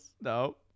No